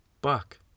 Buck